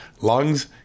lungs